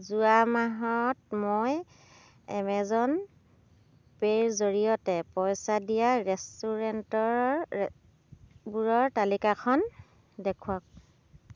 যোৱা মাহত মই এমেজন পে'ৰ জৰিয়তে পইচা দিয়া ৰেষ্টুৰেণ্টবোৰৰ তালিকাখন দেখুৱাওক